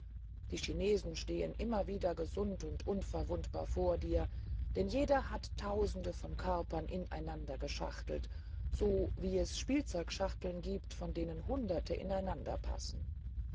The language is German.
die chinesen stehen immer wieder gesund und unverwundbar vor dir denn jeder hat tausende von körpern ineinander geschachtelt so wie es spielzeugschachteln gibt von denen hunderte ineinander passen